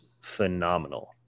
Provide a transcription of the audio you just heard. phenomenal